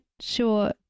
sure